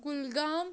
Kulgam